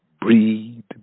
breathe